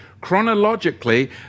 chronologically